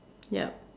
yup